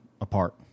apart